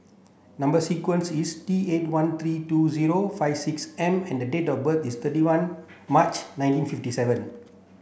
number sequence is T eight one three two zero five six M and date of birth is thirty one March nineteen fifty seven